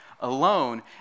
alone